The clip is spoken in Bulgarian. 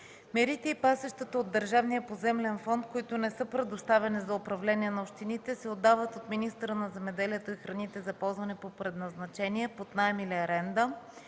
Мерите и пасищата от държавния поземлен фонд, които не са предоставени за управление на общините, се отдават от министъра на земеделието и храните за ползване по предназначение под наем или аренда